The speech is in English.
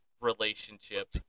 relationship